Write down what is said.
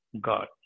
god